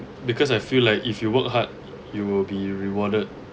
because I feel like if you work hard you will be rewarded